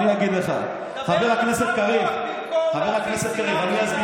דבר על הצעת החוק במקום להפיץ שנאת חינם, להסית